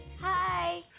Hi